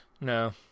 No